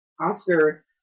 Oscar